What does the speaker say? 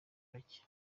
bake